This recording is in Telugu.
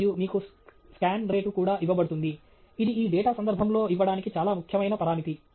మరియు మీకు స్కాన్ రేటు కూడా ఇవ్వబడుతుంది ఇది ఈ డేటా సందర్భంలో ఇవ్వడానికి చాలా ముఖ్యమైన పరామితి